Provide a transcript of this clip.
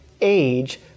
age